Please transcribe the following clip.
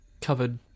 covered